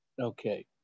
Okay